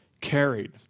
carried